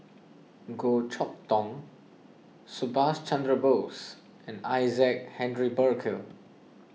Goh Chok Tong Subhas Chandra Bose and Isaac Henry Burkill